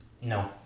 No